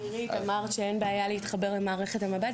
נירית, אמרת שאין בעיה להתחבר למערכת המב"ד,